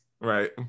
right